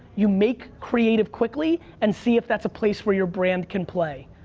you make creative quickly and see if that's a place where your brand can play.